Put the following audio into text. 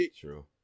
true